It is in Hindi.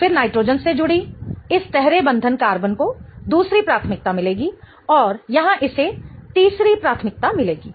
फिर नाइट्रोजन से जुड़ी इस तहरे बंधन कार्बन को दूसरी प्राथमिकता मिलेगी और यहां इसे तीसरी प्राथमिकता मिलेगी